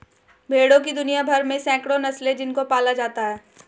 भेड़ों की दुनिया भर में सैकड़ों नस्लें हैं जिनको पाला जाता है